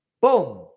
Boom